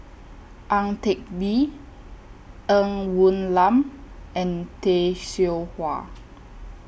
Ang Teck Bee Ng Woon Lam and Tay Seow Huah